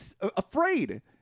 afraid